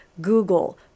Google